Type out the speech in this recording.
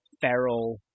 Feral